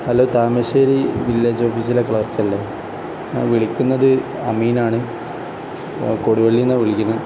hello Thamassery village ഓഫീസിലെ clerk അല്ലേ ഞാൻ വിളിക്കുന്നത് അമീൻ ആണ് കൊടുവള്ളിയിൽ നിന്നാണ് വിളിക്കുന്നത്